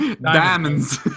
Diamonds